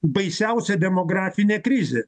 baisiausią demografinę krizę